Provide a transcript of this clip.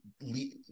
leave